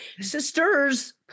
Sisters